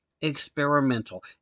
experimental